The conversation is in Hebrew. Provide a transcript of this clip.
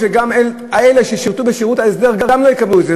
וגם אלה ששירתו בשירות ההסדר לא יקבלו את זה,